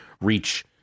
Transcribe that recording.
reach